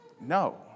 No